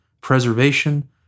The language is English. preservation